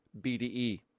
BDE